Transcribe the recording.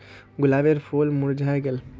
गुलाबेर फूल मुर्झाए गेल